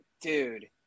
dude